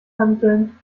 hanteln